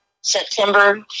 September